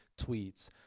tweets